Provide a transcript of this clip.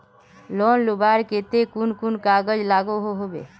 Loan लुबार केते कुन कुन कागज लागोहो होबे?